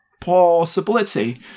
possibility